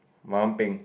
my one pink